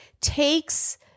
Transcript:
takes